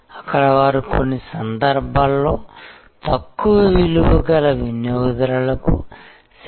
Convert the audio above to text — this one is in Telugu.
కాబట్టి ఆదాయాలు ఏమిటంటే వార్షిక రుసుము అమ్మకాలు సేవా రుసుములు రెఫరల్ల విలువ మరియు ఖర్చులు ఏమిటంటే ఖాతా నిర్వహణ అమ్మకాల ఖర్చులు మరియు రైట్ ఆఫ్ వంటివి ఉంటాయి